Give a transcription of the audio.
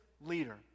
leader